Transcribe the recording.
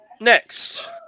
Next